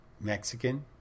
Mexican